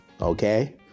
Okay